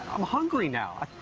i'm hungry now.